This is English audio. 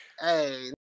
Hey